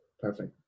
Perfect